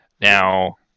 Now